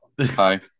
Hi